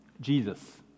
Jesus